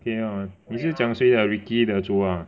okay ah 你是讲谁的 Ricky 的组 ah